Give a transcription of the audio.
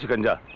and